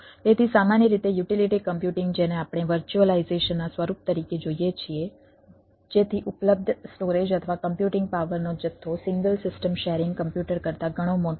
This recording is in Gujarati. તેથી સામાન્ય રીતે યુટિલિટી કમ્પ્યુટિંગ જેને આપણે વર્ચ્યુઅલાઈઝેશનના સ્વરૂપ તરીકે જોઈએ છીએ જેથી ઉપલબ્ધ સ્ટોરેજ અથવા કમ્પ્યુટિંગ પાવરનો જથ્થો સિંગલ સિસ્ટમ શેરિંગ કોમ્પ્યુટર કરતા ઘણો મોટો હોય